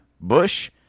Bush